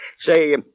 Say